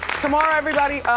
tomorrow everybody,